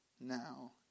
now